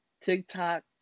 TikTok